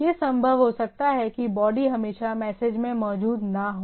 यह संभव हो सकता है कि बॉडी हमेशा मैसेज में मौजूद न हो